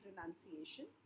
renunciation